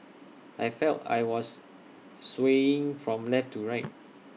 I felt I was swaying from left to right